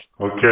Okay